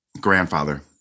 Grandfather